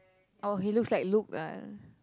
oh he looks like Luke ah